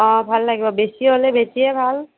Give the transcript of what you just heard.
অঁ ভাল লাগিব বেছি হ'লে বেছিহে ভাল